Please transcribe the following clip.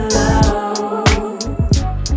love